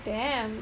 damn